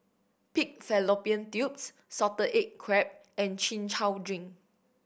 pig fallopian tubes salted egg crab and Chin Chow drink